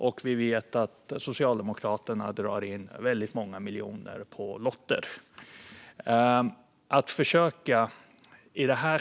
Alla vet också att Socialdemokraterna drar in många miljoner på att sälja lotter.